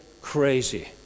crazy